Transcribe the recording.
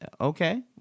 Okay